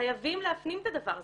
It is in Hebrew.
וחייבים להפנים את הדבר הזה,